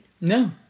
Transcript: No